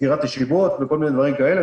סגירת ישיבות וכל מיני דברים כאלה.